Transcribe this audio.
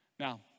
Now